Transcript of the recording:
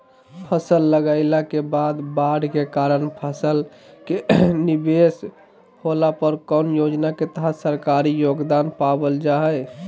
फसल लगाईला के बाद बाढ़ के कारण फसल के निवेस होला पर कौन योजना के तहत सरकारी योगदान पाबल जा हय?